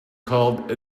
called